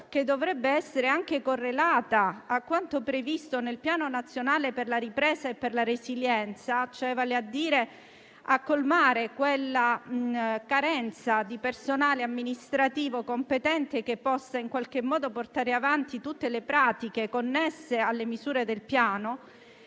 che dovrebbe essere anche correlata a quanto previsto nel Piano nazionale per la ripresa e per la resilienza e diretto a colmare quella carenza di personale amministrativo competente che possa portare avanti tutte le pratiche connesse alle misure del Piano,